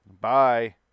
Bye